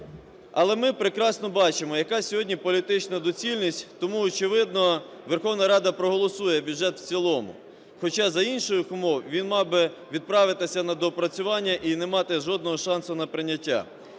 Але ми прекрасно бачимо, яка сьогодні політична доцільність, тому, очевидно, Верховна Рада проголосує бюджет в цілому, хоча за інших умов він мав би відправитися на доопрацювання і не мати жодного шансу на прийняття.